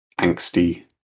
angsty